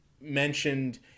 mentioned